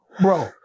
bro